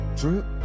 drip